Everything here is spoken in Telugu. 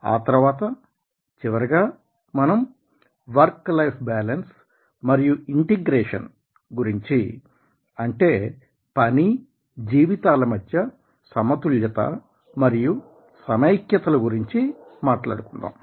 ఆ తర్వాత చివరిగా మనం వర్క్ లైఫ్ బ్యాలెన్స్ మరియు ఇంటిగ్రేషన్ గురించి అంటే పని జీవితాల మధ్య సమతుల్యత మరియు సమైక్యత ల గురించి మాట్లాడుకుందాం